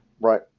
Right